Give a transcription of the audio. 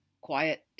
quiet